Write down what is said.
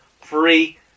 free